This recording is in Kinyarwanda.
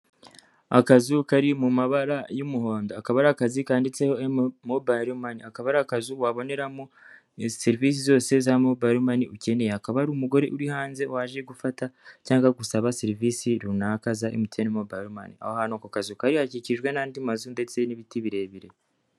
Akazu kari mu mabara y'umuhondo. Akaba ari akazu kanditseho Mobile Money. Akaba ari akazu waboneramo serivisi zose za Mobile money ukeneye. Hakaba hari umugore uri hanze waje gufata cyangwa gusaba serivisi runaka za MTN Mobile money. Aho hantu ako kazi kari, hakikijwe n'andi mazu ndetse n'ibiti birebire.